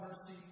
mercy